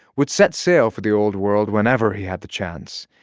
would set sail for the old world whenever he had the chance.